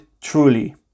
truly